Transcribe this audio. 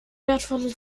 wertvolle